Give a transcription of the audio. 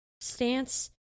stance